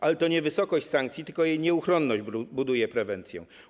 Ale to nie wysokość sankcji, tylko jej nieuchronność buduje prewencję.